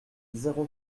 zéro